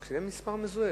רק שיהיה מספר מזוהה,